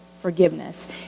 forgiveness